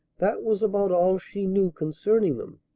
that was about all she knew concerning them.